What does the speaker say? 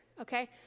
okay